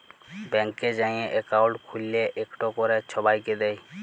ব্যাংকে যাঁয়ে একাউল্ট খ্যুইলে ইকট ক্যরে ছবাইকে দেয়